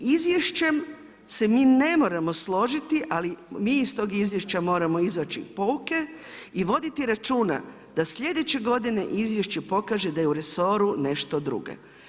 Izvješćem se mi ne moramo složiti, ali mi iz tog izvješća moramo izvući pouke i voditi računa da sljedeće godine izvješće pokaže da je u resoru nešto drugo.